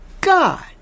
God